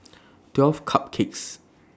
twelve Cupcakes